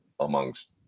amongst